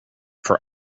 for